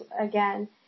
again